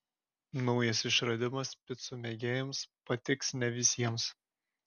naujas išradimas picų mėgėjams patiks ne visiems